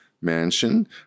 Mansion